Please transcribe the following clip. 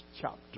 chapter